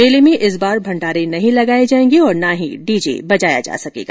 मेले में इस बार भंडारे नहीं लगाए जाएंगे और ना हीं डीजे बजाया जा सकेगा